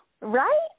Right